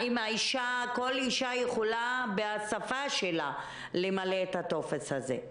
האם כל אישה יכולה למלא את הטופס הזה בשפה שלה?